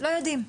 לא יודעים.